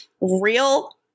real